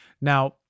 Now